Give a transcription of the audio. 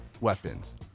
weapons